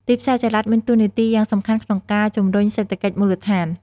ទីផ្សារចល័តមានតួនាទីយ៉ាងសំខាន់ក្នុងការជំរុញសេដ្ឋកិច្ចមូលដ្ឋាន។